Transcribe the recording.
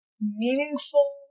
meaningful